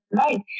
Right